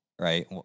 right